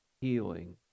healing